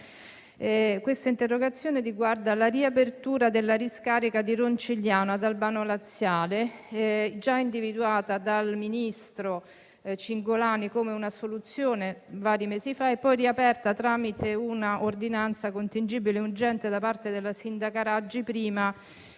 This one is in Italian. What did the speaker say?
Questa interrogazione riguarda la riapertura della discarica di Roncigliano ad Albano laziale, già individuata dal ministro Cingolani come una soluzione vari mesi fa e poi riaperta tramite una ordinanza contingibile e urgente da parte della sindaca Raggi prima